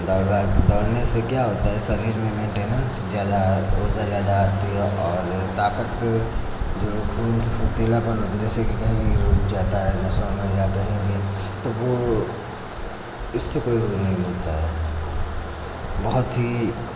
दौड़ भाग दौड़ने से क्या होता है शरीर में मेन्टेनेंस ज़्यादा ऊर्जा ज़्यादा आती है और ताकत जो है खून की फुर्तीलापन होता जैसे कि कहीं कहीं रुक जाता है तो हो जाता है तो वो इससे कोई वो नहीं होता है बहुत ही